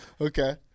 Okay